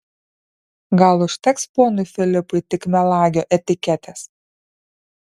gal užteks ponui filipui tik melagio etiketės